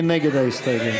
מי נגד ההסתייגות?